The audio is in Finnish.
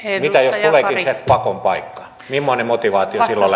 mitä jos tuleekin se pakon paikka mimmoinen motivaatio silloin